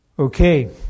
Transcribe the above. Okay